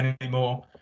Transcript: anymore